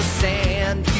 sand